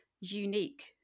unique